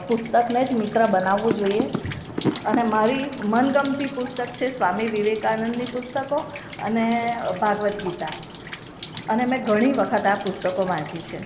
પુસ્તકને જ મિત્ર બનાવવું જોઈએ અને મારી મનગમતી પુસ્તક છે સ્વામી વિવેકાનંદની પુસ્તકો અને ભગવદ્ ગીતા અને મેં ઘણી વખત આ પુસ્તકો વાંચી છે